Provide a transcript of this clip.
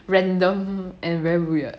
random and very weird